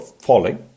falling